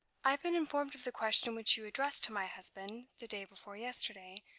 i have been informed of the question which you addressed to my husband, the day before yesterday,